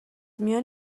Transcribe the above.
میان